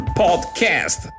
podcast